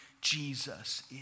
Jesus